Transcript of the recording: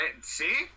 See